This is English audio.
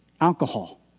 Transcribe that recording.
Alcohol